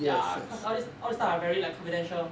ya cause all these all these stuff are very like confidential